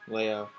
Leo